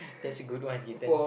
that's a good one he turn